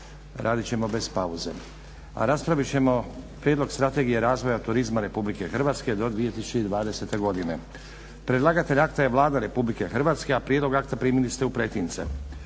radit ćemo bez pauze, a raspravit ćemo - Prijedlog Strategije razvoja turizma Republike Hrvatske do 2020. godine Predlagatelj akta je Vlada Republike Hrvatske a prijedlog akta primili ste u pretince.